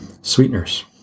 sweeteners